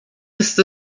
ist